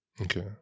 Okay